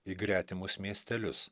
į gretimus miestelius